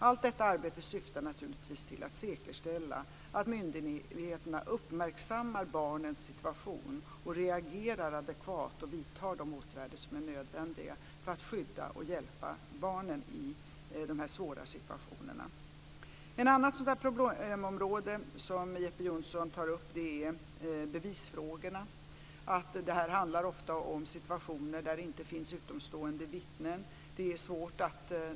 Allt detta arbete syftar naturligtvis till att säkerställa att myndigheterna uppmärksammar barnens situation, reagerar adekvat och vidtar de åtgärder som är nödvändiga för att skydda och hjälpa barnen i de här svåra situationerna. Ett annat problemområde som Jeppe Johnsson tog upp är bevisfrågorna, att det ofta handlar om situationer där det inte finns utomstående vittnen.